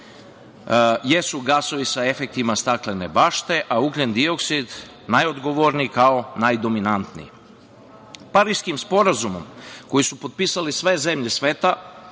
jesu gasovi sa efektima staklene bašte, a ugljendioksid najodgovorniji kao najdominantniji. Pariskim sporazumom, koji su potpisale sve zemlje sveta,